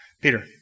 Peter